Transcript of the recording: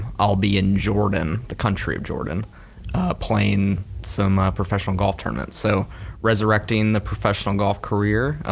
i'll be in jordan, the country of jordan playing some professional golf tournaments. so resurrecting the professional golf career,